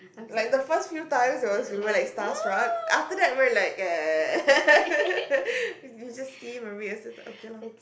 like the first few times it was we were like starstruck after that we were like ya we just see him every year okay loh